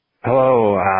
Hello